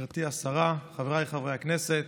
גברתי השרה, חבריי חברי הכנסת,